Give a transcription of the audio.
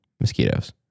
mosquitoes